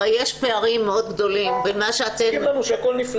הרי יש פערים מאוד גדולים בין מה שאתן -- מציגים לנו שהכול נפלא.